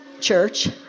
church